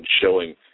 showing